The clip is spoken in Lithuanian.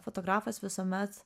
fotografas visuomet